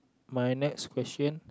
my next question